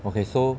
okay so